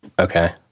Okay